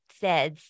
says